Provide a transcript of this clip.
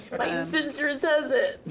my sister says it!